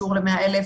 שיעור ל-100,000,